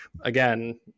again